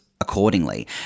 accordingly